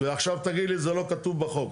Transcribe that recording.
ועכשיו תגיד לי זה לא כתוב בחוק.